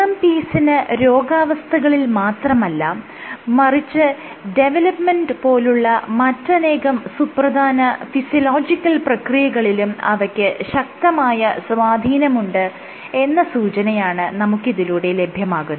MMPs ന് രോഗാവസ്ഥകളിൽ മാത്രമല്ല മറിച്ച് ഡെവലപ്മെന്റ് പോലുള്ള മറ്റനേകം സുപ്രധാന ഫിസിയോളജിക്കൽ പ്രക്രിയകളിലും അവയ്ക്ക് ശക്തമായ സ്വാധീനമുണ്ട് എന്ന സൂചനയാണ് നമുക്ക് ഇതിലൂടെ ലഭ്യമാകുന്നത്